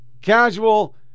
Casual